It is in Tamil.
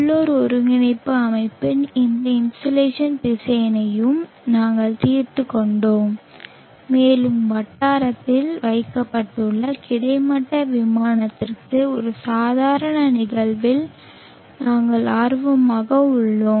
உள்ளூர் ஒருங்கிணைப்பு அமைப்பில் இந்த இன்சோலேஷன் திசையனையும் நாங்கள் தீர்த்துக் கொண்டோம் மேலும் வட்டாரத்தில் வைக்கப்பட்டுள்ள கிடைமட்ட விமானத்திற்கு ஒரு சாதாரண நிகழ்வில் நாங்கள் ஆர்வமாக உள்ளோம்